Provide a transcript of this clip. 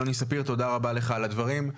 יוני ספיר, תודה רבה לך על הדברים.